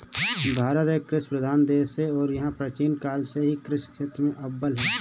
भारत एक कृषि प्रधान देश है और यह प्राचीन काल से ही कृषि क्षेत्र में अव्वल है